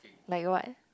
like what